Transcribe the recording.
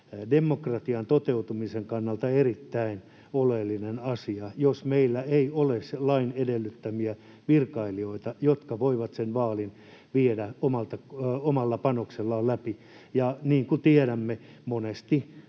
demokratian toteutumisen kannalta erittäin oleellinen asia, jos meillä ei ole lain edellyttämiä virkailijoita, jotka voivat sen vaalin viedä omalla panoksellaan läpi. Ja niin kuin tiedämme, monesti